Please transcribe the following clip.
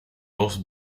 dos